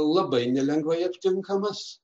labai nelengvai aptinkamas